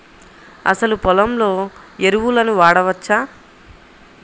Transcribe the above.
అసలు పొలంలో ఎరువులను వాడవచ్చా?